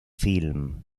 film